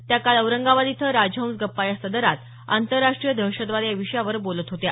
त्या काल औरंगाबाद इथं राजहंस गप्पा या सदरात आंतरराष्ट्रीय दहशतवाद या विषयावर बोलत होत्या